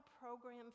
program